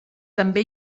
també